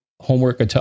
homework